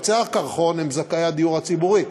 קצה הקרחון זה דיירי הדיור הציבורי,